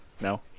No